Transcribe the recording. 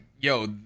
yo